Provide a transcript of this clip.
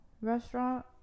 restaurant